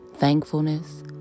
Thankfulness